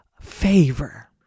favor